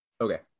Okay